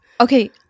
Okay